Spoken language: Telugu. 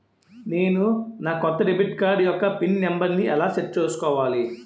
నేను నా కొత్త డెబిట్ కార్డ్ యెక్క పిన్ నెంబర్ని ఎలా సెట్ చేసుకోవాలి?